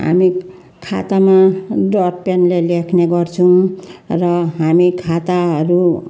हामी खातामा डटपेनले लेख्ने गर्छौँ र हामी खाताहरू